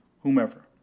whomever